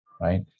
right